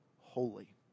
holy